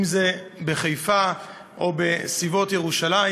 אם זה בחיפה ואם זה בסביבות ירושלים.